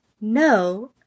no